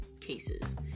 cases